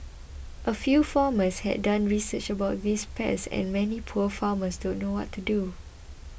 a few farmers have done research about these pests and many poor farmers don't know what to do